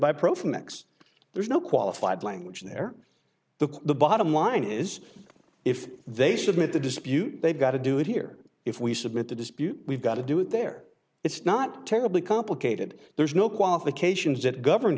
x there's no qualified language there the the bottom line is if they submit the dispute they've got to do it here if we submit the dispute we've got to do it there it's not terribly complicated there's no qualifications that govern